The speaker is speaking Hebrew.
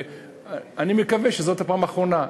ואני מקווה שזאת הפעם האחרונה.